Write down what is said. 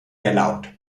erlaubt